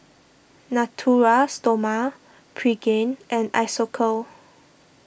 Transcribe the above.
Natura Stoma Pregain and Isocal